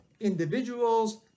individuals